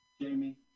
Jamie